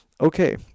Okay